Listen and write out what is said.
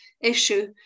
issue